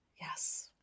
Yes